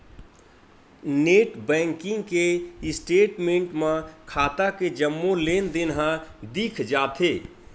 net banking के statement म खाता के जम्मो लेनदेन ह दिख जाथे